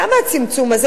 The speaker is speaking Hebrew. למה הצמצום הזה?